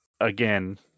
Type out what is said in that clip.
Again